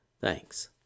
Thanks